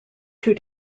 two